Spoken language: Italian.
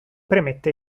premette